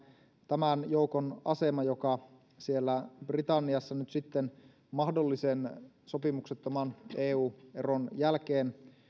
tämän joukon asema joka siellä britanniassa nyt sitten mahdollisen sopimuksettoman eu eron jälkeen